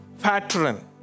pattern